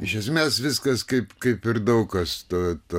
iš esmės viskas kaip kaip ir daug kas to to